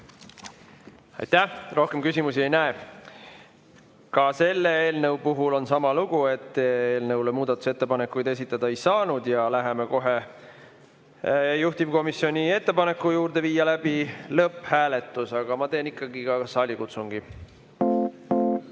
Aitäh! Rohkem küsimusi ei näe. Ka selle eelnõuga on sama lugu, et eelnõu kohta muudatusettepanekuid esitada ei saanud. Läheme kohe juhtivkomisjoni ettepaneku juurde viia läbi lõpphääletus. Aga ma teen ka saalikutsungi. Head